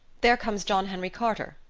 there comes john henry carter,